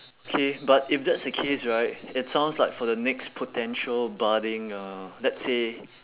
okay but if that's the case right it sounds like for the next potential budding uh let's say